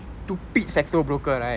stupid sector broker right